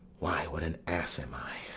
why, what an ass am i!